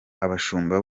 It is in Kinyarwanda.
abashumba